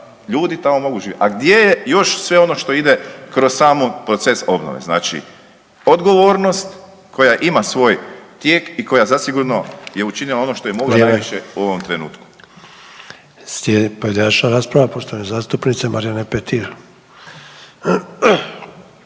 ljudi tamo mogu živjeti. A gdje je još sve ono što ide kroz sami proces obnove, znači odgovornost koja ima svoj tijek i koja zasigurno je učinila ono što je mogla najviše u ovom trenutku. **Sanader, Ante (HDZ)** Slijedi pojedinačna rasprava poštovane zastupnice Marijane Petir.